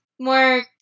more